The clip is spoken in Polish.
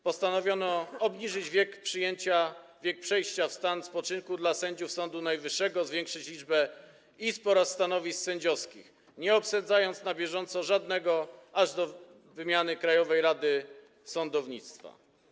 Postanowiono obniżyć wiek przejścia w stan spoczynku dla sędziów Sądu Najwyższego, zwiększyć liczbę izb oraz stanowisk sędziowskich, nie obsadzając na bieżąco żadnego aż do wymiany Krajowej Rady Sądownictwa.